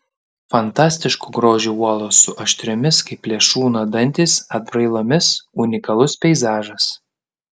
fantastiško grožio uolos su aštriomis kaip plėšrūno dantys atbrailomis unikalus peizažas